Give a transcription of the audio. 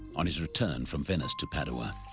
on his return from venice to padua,